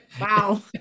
Wow